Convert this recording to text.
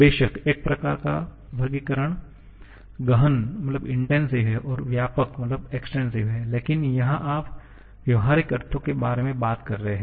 बेशक एक प्रकार का वर्गीकरण गहन और व्यापक है लेकिन यहां आप व्यावहारिक अर्थों के बारे में बात कर रहे हैं